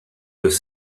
deux